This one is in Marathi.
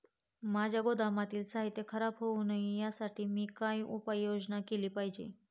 माझ्या गोदामातील साहित्य खराब होऊ नये यासाठी मी काय उपाय योजना केली पाहिजे?